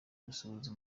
gusuhuza